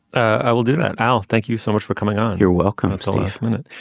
i will do that. i'll. thank you so much for coming on. you're welcome. it's a last minute.